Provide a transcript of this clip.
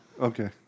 Okay